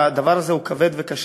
הדבר הזה הוא כבד וקשה,